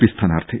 P സ്ഥാനാർഥി